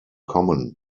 common